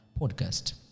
podcast